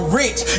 rich